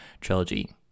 trilogy